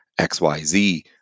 xyz